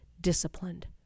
disciplined